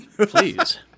Please